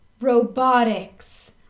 robotics